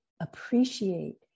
appreciate